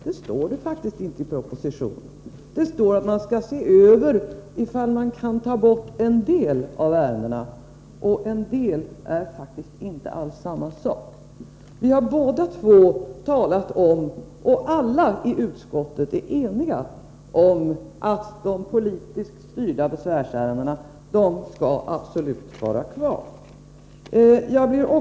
Så står det faktiskt inte i propositionen. Det står att man skall se om man kan ta bort en del av ärendena, och det är faktiskt inte samma sak. Vi har båda två talat om — och alla i utskottet är eniga om — att de politiskt styrda besvärsärendena absolut skall vara kvar.